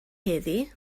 heddiw